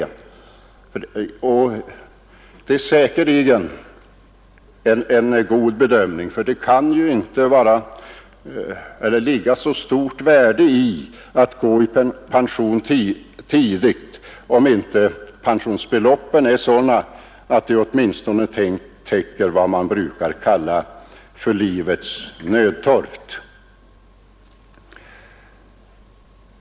Det rör sig här säkerligen om en god bedömning, för det kan inte ligga så stort värde i att gå i pension tidigt, om inte pensionsbeloppen är sådana att de åtminstone täcker vad som brukar kallas livets nödtorft.